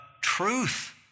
truth